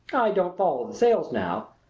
i don't follow the sales now,